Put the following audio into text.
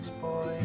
boys